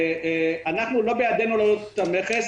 לא בידינו להעלות את המכס.